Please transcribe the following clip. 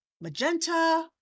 magenta